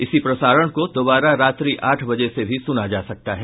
इसी प्रसारण को दोबारा रात्रि आठ बजे से भी सुना जा सकता है